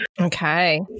Okay